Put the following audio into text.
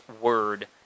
word